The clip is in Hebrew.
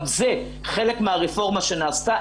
גם זה חלק מהרפורמה שנעשתה.